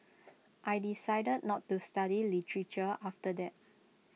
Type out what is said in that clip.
I decided not to study literature after that